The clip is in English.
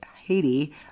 Haiti